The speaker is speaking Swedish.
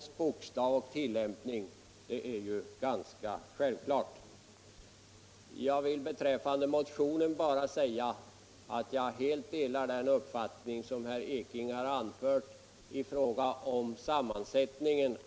I fråga om vad som i motionen anförts beträffande sammansättningen av nämnden delar jag helt herr Ekinges uppfattning.